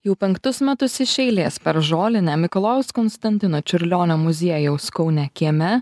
jau penktus metus iš eilės per žolinę mikalojaus konstantino čiurlionio muziejaus kaune kieme